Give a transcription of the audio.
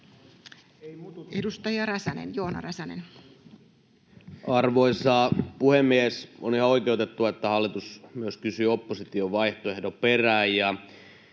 Edustaja Joona Räsänen. Arvoisa puhemies! On ihan oikeutettua, että myös hallitus kysyy opposition vaihtoehdon perään.